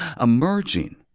Emerging